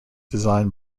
designed